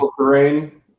terrain